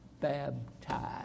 baptized